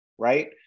Right